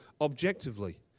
objectively